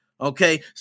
Okay